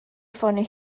ffonio